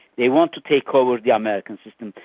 they want to take over the american system,